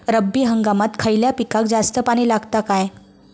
रब्बी हंगामात खयल्या पिकाक जास्त पाणी लागता काय?